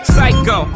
Psycho